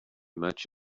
much